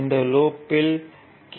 இந்த லூப்யில் கே